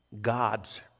God's